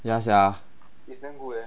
ya sia